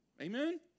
Amen